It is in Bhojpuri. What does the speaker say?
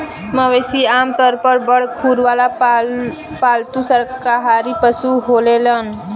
मवेशी आमतौर पर बड़ खुर वाला पालतू शाकाहारी पशु होलेलेन